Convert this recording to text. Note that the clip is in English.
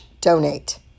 donate